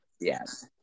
yes